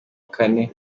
kane